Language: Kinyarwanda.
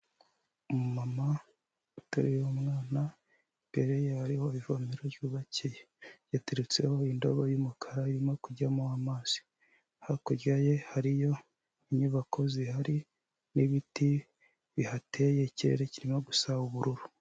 Umumama uteruye umwana, imbere ye hariho ivomero ryubakiye, yaturutseho indobo y'umukara irimo kujyamo amazi. Hakurya ye hariyo inyubako zihari n'ibiti bihateye, ikirere kirimo gusa ubururu.